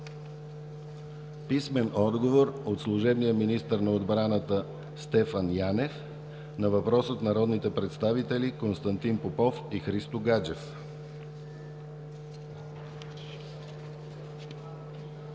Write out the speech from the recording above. Пламен Манушев; - служебния министър на отбраната Стефан Янев на въпрос от народните представители Константин Попов и Христо Гаджев;